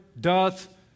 doth